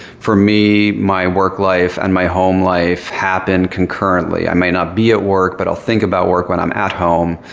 for me, my work life and my home life happened concurrently. i might not be at work, but i'll think about work when i'm at home.